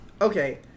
Okay